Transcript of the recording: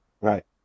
Right